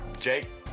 Jake